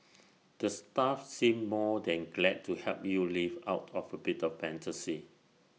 the staff seem more than glad to help you live out of A bit of fantasy